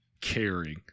caring